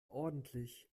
ordentlich